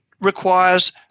requires